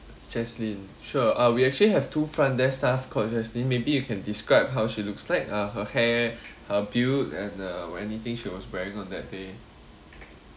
jaslyn sure uh we actually have two front desk staff called jaslyn maybe you can describe how she looks like uh her hair her build and uh anything she was wearing on that day